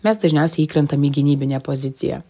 mes dažniausiai įkrentam į gynybinę poziciją